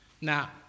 Now